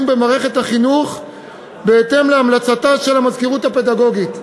במערכת החינוך בהתאם להמלצתה של המזכירות הפדגוגית.